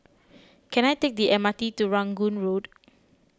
can I take the M R T to Rangoon Road